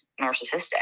narcissistic